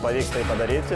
pavyks padaryti